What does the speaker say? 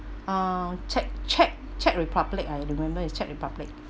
uh czech czech czech republic I remember it's czech republic